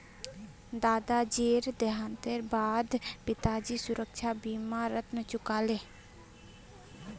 दादाजीर देहांतेर बा द पिताजी सुरक्षा बीमा स ऋण चुका ले